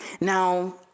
Now